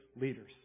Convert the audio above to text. leaders